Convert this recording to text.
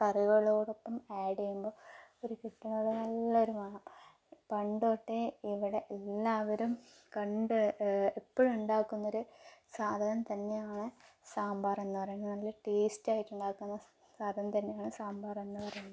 കറികളോടൊപ്പം add ചെയുമ്പോൾ ഒരു കിട്ടണത് നല്ലൊരു മണം പണ്ടുതൊട്ടേ ഇവിടെ എല്ലാവരും കണ്ട് എപ്പോഴും ഉണ്ടാകുന്ന ഒരു സാധനം തന്നെയാണ് സാമ്പാർ എന്ന് പറയുന്നത് നല്ല ടേസ്റ്റ് ആയിട്ട് ഉണ്ടാകുന്ന സാധനം തന്നെയാണ് സാമ്പാർ എന്ന് പറയുന്നത്